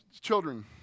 children